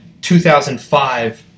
2005